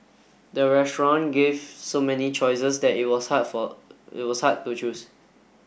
the restaurant gave so many choices that it was hard for it was hard to choose